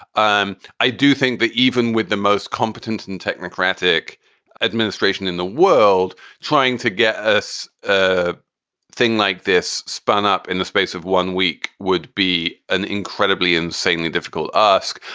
um i do think that even with the most competent and technocratic administration in the world trying to get us ah thing like this spun up in the space of one week would be an incredibly, insanely difficult ask.